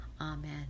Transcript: Amen